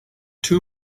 too